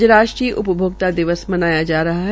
आज राष्ट्रीय उपभोक्ता दिवस मनाया जा रहा है